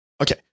Okay